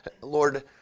Lord